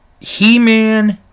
He-Man